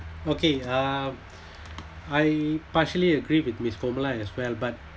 okay uh I partially agree with miss fong lai as well but